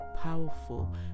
powerful